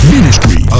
Ministry